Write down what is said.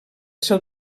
seu